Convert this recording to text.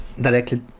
directly